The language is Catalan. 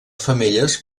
femelles